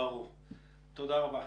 תודה רבה.